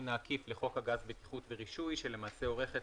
העקיף לחוק הגז (בטיחות ורישוי) שלעשה עורך את